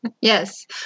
yes